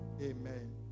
Amen